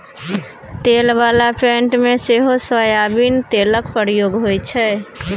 तेल बला पेंट मे सेहो सोयाबीन तेलक प्रयोग होइ छै